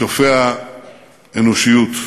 שופע אנושיות.